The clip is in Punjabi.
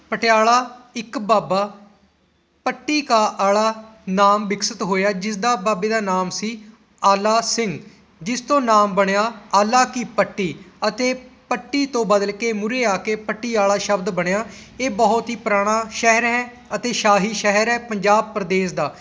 ਪਟਿਆਲਾ ਇੱਕ ਬਾਬਾ ਪੱਟੀ ਕਾ ਆਲਾ ਨਾਮ ਵਿਕਸਿਤ ਹੋਇਆ ਜਿਸਦਾ ਬਾਬੇ ਦਾ ਨਾਮ ਸੀ ਆਲਾ ਸਿੰਘ ਜਿਸ ਤੋਂ ਨਾਮ ਬਣਿਆ ਆਲਾ ਕੀ ਪੱਟੀ ਅਤੇ ਪੱਟੀ ਤੋਂ ਬਦਲ ਕੇ ਮੂਰੇ ਆ ਕੇ ਪਟਿਆਲਾ ਸ਼ਬਦ ਬਣਿਆ ਇਹ ਬਹੁਤ ਹੀ ਪੁਰਾਣਾ ਸ਼ਹਿਰ ਹੈ ਅਤੇ ਸ਼ਾਹੀ ਸ਼ਹਿਰ ਹੈ ਪੰਜਾਬ ਪ੍ਰਦੇਸ਼ ਦਾ